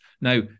Now